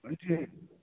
कोन चीज